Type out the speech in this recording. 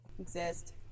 Exist